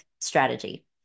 strategy